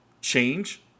change